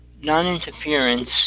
Non-interference